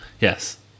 yes